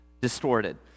distorted